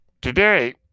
Today